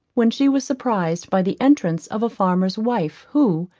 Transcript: when she was surprised by the entrance of a farmer's wife, who,